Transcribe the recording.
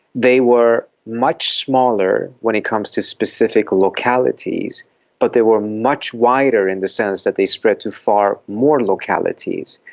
they were much smaller when it comes to specific localities but they were much wider in the sense that they spread to far more localities.